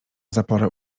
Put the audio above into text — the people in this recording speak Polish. zaporę